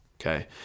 okay